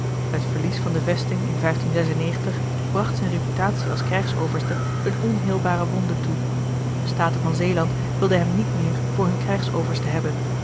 het verlies van de vesting in zijne reputatie als krijgsoverste eene onheelbare wonde toe de staten van zeeland wilden hem niet meer voor hun krijgsoverste hebben